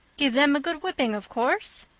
give them a good whipping, of course.